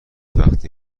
وقتی